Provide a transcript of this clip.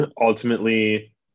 ultimately